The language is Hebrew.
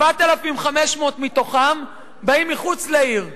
4,500 מתוכם באים מחוץ לעיר.